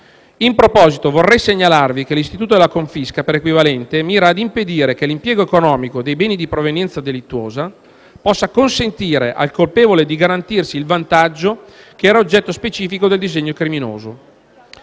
In proposito vorrei segnalarvi che l'istituto della confisca per equivalente mira a impedire che l'impiego economico dei beni di provenienza delittuosa possa consentire al colpevole di garantirsi il vantaggio che è l'oggetto specifico del disegno criminoso.